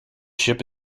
ship